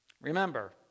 remember